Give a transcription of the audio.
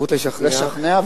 המקומיות,